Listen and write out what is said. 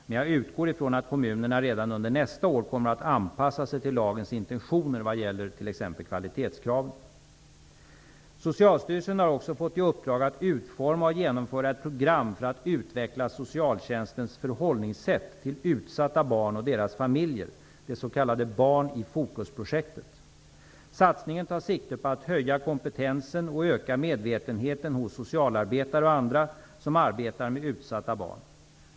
Men jag utgår ifrån att kommunerna redan under nästa år kommer att anpassa sig till lagens intentioner vad gäller t.ex. kvalitetskraven. Socialstyrelsen har också fått i uppdrag att utforma och genomföra ett program för att utveckla socialtjänstens förhållningssätt till utsatta barn och deras familjer, det s.k. Barn i fokus-projektet. Satsningen tar sikte på att höja kompetensen och öka medvetenheten hos socialarbetare och andra som arbetar med utsatta barn.